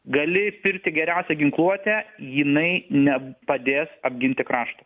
gali pirkti geriausią ginkluotę jinai ne padės apginti krašto